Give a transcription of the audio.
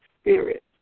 spirit